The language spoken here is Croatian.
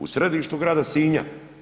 U središtu grada Sinja.